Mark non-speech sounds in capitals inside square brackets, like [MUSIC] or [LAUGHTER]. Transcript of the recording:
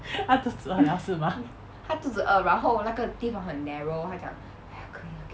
[LAUGHS] 他肚子很饿是吗